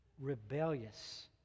rebellious